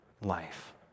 life